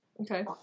Okay